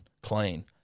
clean